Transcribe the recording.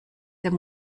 den